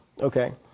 Okay